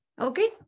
okay